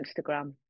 Instagram